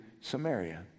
Samaria